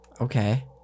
Okay